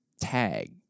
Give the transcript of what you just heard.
tag